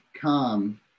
come